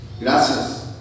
Gracias